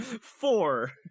Four